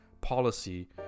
policy